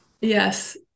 yes